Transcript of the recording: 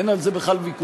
אין על זה בכלל ויכוח.